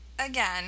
again